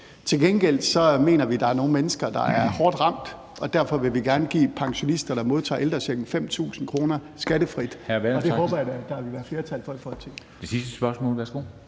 Til gengæld mener vi, der er nogle mennesker, der er hårdt ramt. Derfor vil vi gerne give pensionister, der modtager ældrechecken, 5.000 kr. skattefrit, og det håber jeg da at der vil være flertal for i Folketinget.